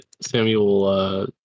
samuel